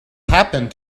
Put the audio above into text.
happened